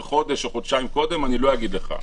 חודש או חודשיים קודם אני לא אגיד לך.